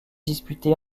disputé